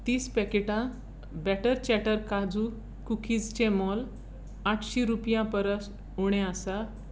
तीस पॅकेटां butter chatter काजू कुकीजचें मोल आठशीं रुपयां परस उणें आसा